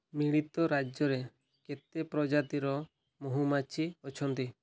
ମିଳିତ ରାଜ୍ୟରେ କେତେ ପ୍ରଜାତିର ମହୁମାଛି ଅଛନ୍ତି